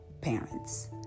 parents